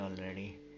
already